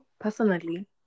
personally